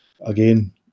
again